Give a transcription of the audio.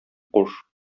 куш